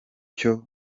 cyo